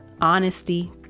honesty